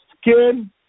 skin